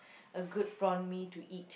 a good prawn-mee to eat